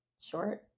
short